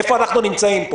איפה אנחנו נמצאים?